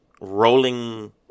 rolling